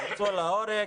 הוצאו להורג,